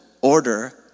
order